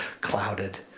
clouded